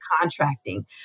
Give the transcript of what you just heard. contracting